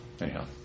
anyhow